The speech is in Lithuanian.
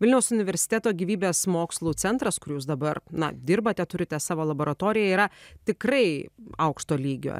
vilniaus universiteto gyvybės mokslų centras kur jūs dabar na dirbate turite savo laboratoriją yra tikrai aukšto lygio